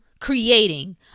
creating